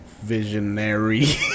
visionary